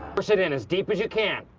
push it in as deep as you can.